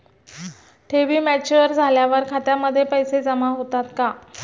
ठेवी मॅच्युअर झाल्यावर खात्यामध्ये पैसे जमा होतात का?